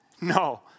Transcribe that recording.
no